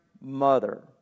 mother